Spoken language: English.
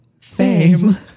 Fame